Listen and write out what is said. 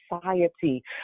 society